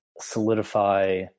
solidify